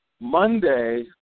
Monday